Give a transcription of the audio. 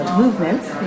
movements